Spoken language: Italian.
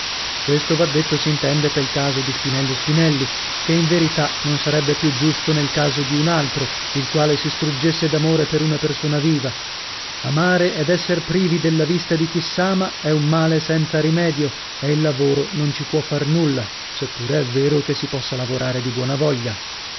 questo va detto s'intende pel caso di spinello spinelli che in verità non sarebbe più giusto nel caso di un altro il quale si struggesse d'amore per una persona viva amare ed esser privi della vista di chi s'ama è un male senza rimedio o il lavoro non ci può far nulla se pure è vero che si possa lavorare di buona voglia